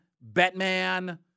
Batman